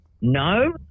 no